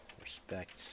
respect